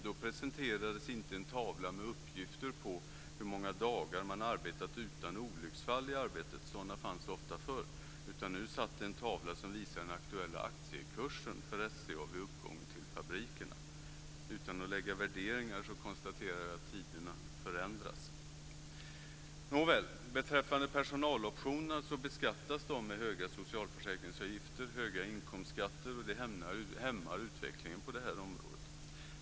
Där presenterades inte en tavla med uppgifter på hur många dagar man arbetat utan olycksfall i arbetet - sådana fanns ofta förr - utan nu satt det en tavla som visade den aktuella aktiekursen för SCA vid uppgången till fabrikerna. Utan att lägga värderingar i detta konstaterar jag att tiderna förändras! Beträffande personaloptionerna beskattas de med höga socialförsäkringsavgifter och höga inkomstskatter, och det hämmar utvecklingen på det här området.